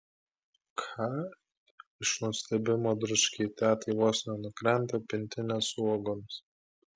ką iš nustebimo dručkei tetai vos nenukrenta pintinė su uogomis